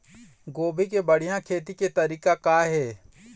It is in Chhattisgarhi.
गोभी के बढ़िया खेती के तरीका का हे?